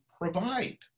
provide